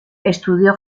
estudió